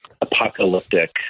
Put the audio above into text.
apocalyptic